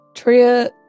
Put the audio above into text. Tria